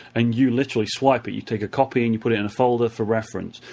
and you literally swipe it. you take a copy and you put it in a folder for reference.